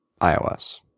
iOS